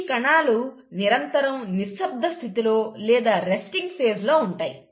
ఈ కణాలు నిరంతరం నిశ్శబ్ద స్థితిలో లేదా రెస్టింగ్ ఫేజ్ లో ఉంటాయి